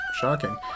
shocking